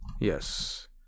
Yes